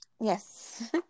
Yes